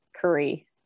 curry